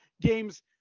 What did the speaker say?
games